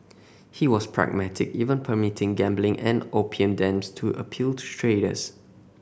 he was pragmatic even permitting gambling and opium dens to appeal to traders